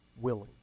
willing